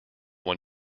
when